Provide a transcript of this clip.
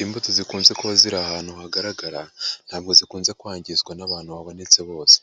lmbuto zikunze kuba ziri ahantu hagaragara, ntabwo zikunze kwangizwa n'abantu babonetse bose,